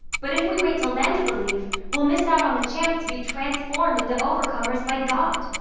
but if we wait until then to believe, we'll miss out on the chance to be transformed into overcomers by god.